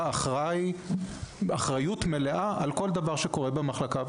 אחראי אחריות מלאה על כל דבר שקורה במחלקה,